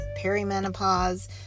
perimenopause